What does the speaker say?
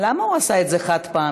למה הוא עשה את זה חד-פעמי?